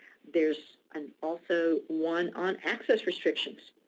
there's and also one on access restrictions.